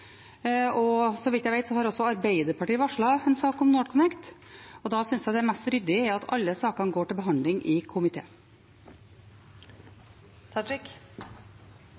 og så vidt jeg vet, har også Arbeiderpartiet varslet en sak om NorthConnect. Da synes jeg det er mest ryddig at alle sakene går til behandling i komiteen.